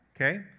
Okay